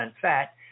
fat